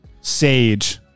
sage